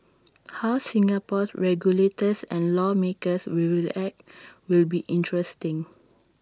how Singapore's regulators and lawmakers will react will be interesting